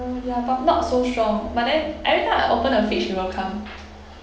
ya but not so strong but then every time I open the fridge he will come